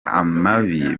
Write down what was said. amabi